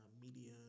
media